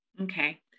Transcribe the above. Okay